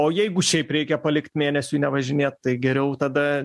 o jeigu šiaip reikia palikt mėnesiui nevažinėt tai geriau tada